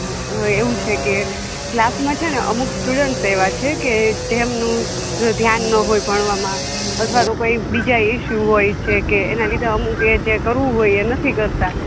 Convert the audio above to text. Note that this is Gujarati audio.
હં હં એવુ છે કે ક્લાસમાં છેને અમુક સ્ટુડન્ટસ એવા છે કે જેમનું ધ્યાન ન હોય ભણવામાં અથવા તો કોઈ બીજા ઇસ્યુ હોય છે કે એના લીધે અમુક એ જે કરવું હોય એ નથી કરતા